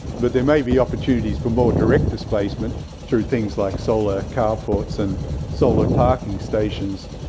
but there may be opportunities for more direct displacement through things like solar car ports, and solar parking stations.